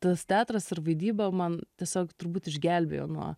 tas teatras ir vaidyba man tiesiog turbūt išgelbėjo nuo